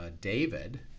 David